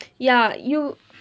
ya you